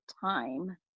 time